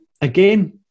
again